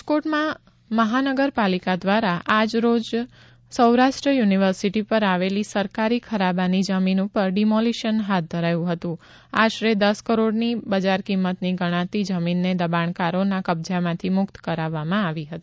રાજકોટમાં મહાનગર પાલિકા દ્વારા આજરોજ સૌરાષ્ટ્ર યુનિવર્સિટી પર આવેલી સરકારી ખરાબાની જમીન ઉપર ડિમોલીશન હાથ ધર્યું હતું આશરે દસ કરોડની બજાર કિંમતની ગણાતી જમીનને દબાણકારો ના કબજામાંથી મુક્ત કરાવી હતી